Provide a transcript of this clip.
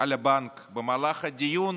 על הבנק במהלך הדיון